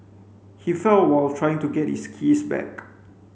he fell while trying to get his keys back